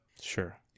sure